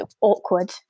awkward